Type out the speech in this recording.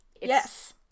yes